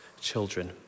children